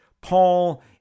Paul